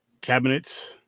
Cabinets